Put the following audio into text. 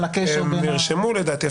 על הקשר --- הם נרשמו לדעתי.